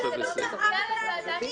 --- חבר'ה,